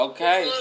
Okay